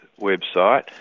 website